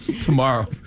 tomorrow